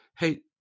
Hey